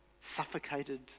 suffocated